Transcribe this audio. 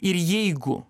ir jeigu